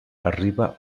arriba